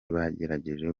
bagerageje